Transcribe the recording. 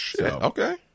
okay